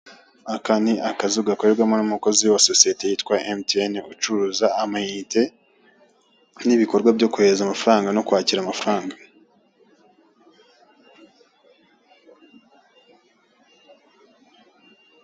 Aka ni akazu gakorerwamo n'umukozi wa sosiyete yitwa Mtn ucuraza amainite n'ibikorwa byo kohereza amafaranga no kwakira amafaranga.